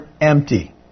empty